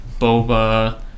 Boba